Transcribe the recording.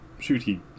shooty